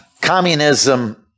Communism